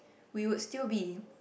we would still be